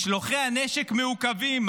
משלוחי הנשק מעוכבים,